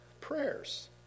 prayers